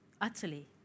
utterly